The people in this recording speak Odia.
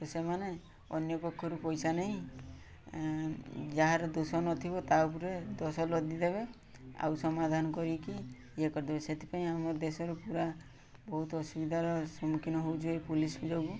ତ ସେମାନେ ଅନ୍ୟ ପକ୍ଷରୁ ପଇସା ନେଇ ଯାହାର ଦୋଷ ନଥିବ ତା ଉପରେ ଦୋଷ ଲଦି ଦେବେ ଆଉ ସମାଧାନ କରିକି ଇଏ କରିଦେବେ ସେଥିପାଇଁ ଆମ ଦେଶର ପୁରା ବହୁତ ଅସୁବିଧାର ସମ୍ମୁଖୀନ ହେଉଛି ପୋଲିସ ଯୋଗୁଁ